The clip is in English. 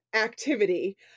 activity